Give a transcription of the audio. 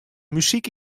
muzyk